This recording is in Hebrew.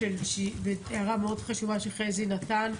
הערה מאוד חשובה שחזי נתן,